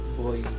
boy